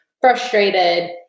frustrated